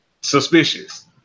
suspicious